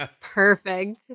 Perfect